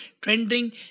trending